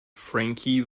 frankie